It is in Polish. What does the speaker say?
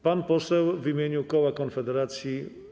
Pan poseł w imieniu koła Konfederacji.